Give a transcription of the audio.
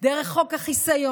דרך חוק החיסיון,